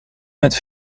met